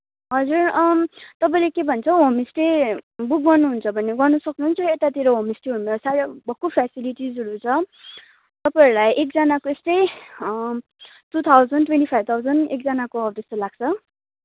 हजुर तपाईँले के भन्छ हौ होमस्टे बुक गर्नुहुन्छ भने गर्न सक्नुहुन्छ यतातिर होमस्टेहरूमा साह्रो भक्कु फेसिलिटिजहरू छ तपाईँहरूलाई एकजनाको यस्तै two thousand twenty five thousand एकजनाको अब त्यस्तो लाग्छ